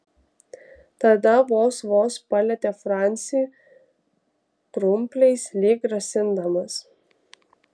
tada vos vos palietė francį krumpliais lyg grasindamas